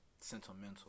sentimental